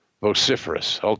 vociferous